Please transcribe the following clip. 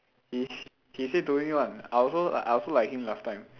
he's he say don't need [one] I also I also like him last time